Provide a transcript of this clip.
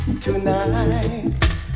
tonight